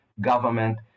government